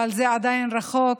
אבל זה עדיין רחוק.